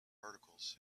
articles